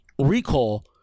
Recall